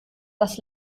was